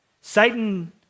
Satan